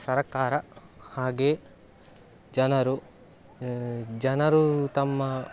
ಸರಕಾರ ಹಾಗೆಯೇ ಜನರು ಜನರು ತಮ್ಮ